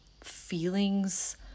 feelings